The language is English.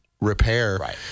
repair